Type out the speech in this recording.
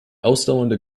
ausdauernde